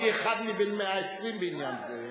אני אחד מ-120 בעניין הזה.